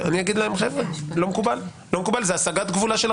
אני יודעת איזה מאמץ כביר עשינו כדי להגדיל את